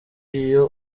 iyo